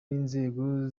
n’inzego